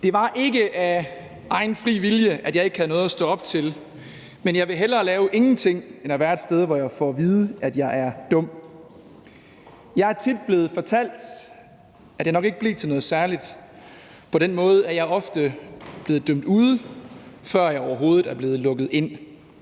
»Det var ikke af egen fri vilje, at jeg ikke havde noget at stå op til, men jeg vil hellere lave ingenting, end at være et sted hvor jeg får at vide, at jeg er dum ... Jeg er tit blevet fortalt, at jeg nok ikke blev til noget særligt ... På den måde har jeg ofte været dømt ude, før jeg overhovedet blev lukket ind.«